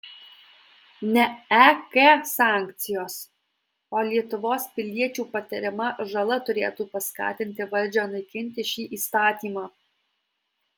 ne ek sankcijos o lietuvos piliečių patiriama žala turėtų paskatinti valdžią naikinti šį įstatymą